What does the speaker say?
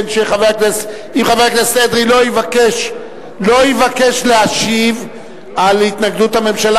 אם חבר הכנסת אדרי לא יבקש להשיב על התנגדות הממשלה,